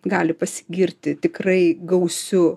gali pasigirti tikrai gausiu